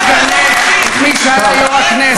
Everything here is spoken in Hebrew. שנבחר כאן בכנסת.